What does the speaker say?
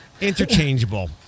interchangeable